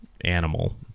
animal